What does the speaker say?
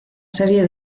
serie